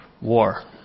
war